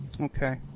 Okay